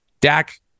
Dak